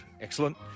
Excellent